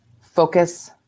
Focus